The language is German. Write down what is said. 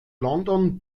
london